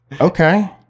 Okay